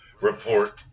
report